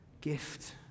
gift